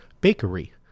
Bakery